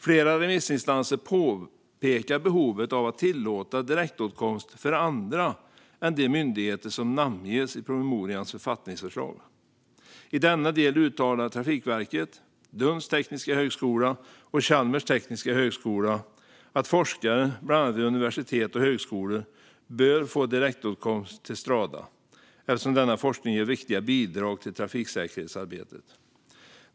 Flera remissinstanser påpekar behovet av att tillåta direktåtkomst för andra än de myndigheter som namnges i promemorians författningsförslag. I denna del uttalar Trafikverket, Lunds tekniska högskola och Chalmers tekniska högskola att forskare, bland annat vid universitet och högskolor, bör få direktåtkomst till Strada eftersom denna forskning ger viktiga bidrag till trafiksäkerhetsarbetet.